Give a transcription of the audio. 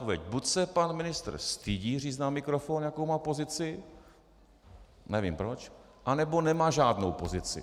Buď se pan ministr stydí říct na mikrofon, jakou má pozici, nevím proč, anebo nemá žádnou pozici.